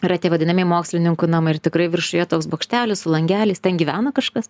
yra tie vadinamieji mokslininkų namai ir tikrai viršuje toks bokštelis su langeliais ten gyvena kažkas